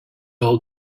all